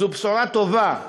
זו בשורה טובה,